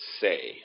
say